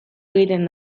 egiten